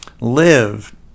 live